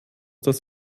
dass